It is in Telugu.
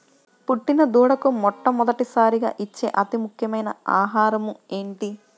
పుట్టిన దూడకు మొట్టమొదటిసారిగా ఇచ్చే అతి ముఖ్యమైన ఆహారము ఏంటి?